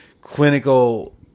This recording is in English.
clinical